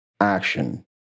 action